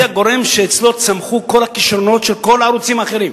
היא הגורם שאצלו צמחו כל הכשרונות של כל הערוצים האחרים.